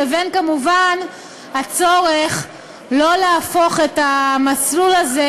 לבין הצורך שלא להפוך את המסלול הזה